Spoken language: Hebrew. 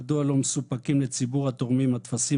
ומדוע לא מסופקים לציבור התורמים הטפסים